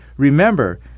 Remember